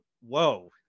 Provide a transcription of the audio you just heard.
whoa